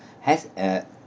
has uh